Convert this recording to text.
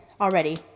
already